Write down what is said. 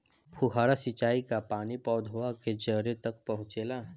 फुहारा सिंचाई का पानी पौधवा के जड़े तक पहुचे ला?